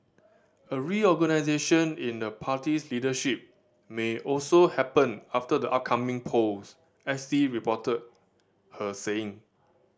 a reorganisation in the party's leadership may also happen after the upcoming polls S T reported her saying